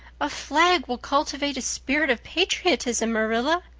a flag will cultivate a spirit of patriotism, marilla.